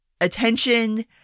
attention